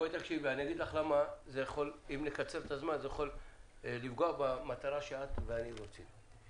אגיד לך למה אם נקצר את הזמן זה יכול לפגוע במטרה שאת ואני רוצים בה.